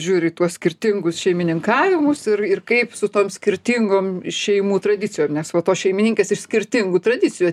žiūri į tuos skirtingus šeimininkavimus ir ir kaip su tom skirtingom šeimų tradicijom nes va tos šeimininkės iš skirtingų tradicijų